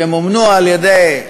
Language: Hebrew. שמומנו על-ידי,